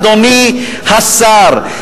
אדוני השר,